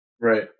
Right